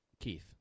keith